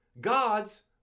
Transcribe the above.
Gods